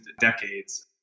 decades